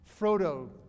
Frodo